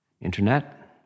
internet